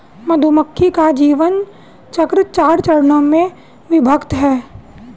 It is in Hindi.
मधुमक्खी का जीवन चक्र चार चरणों में विभक्त है